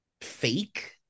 fake